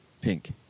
Pink